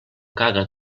caga